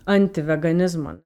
anti veganizmo